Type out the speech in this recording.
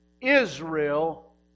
Israel